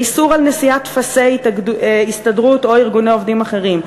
באיסור נשיאת טופסי הסתדרות או ארגוני עובדים אחרים,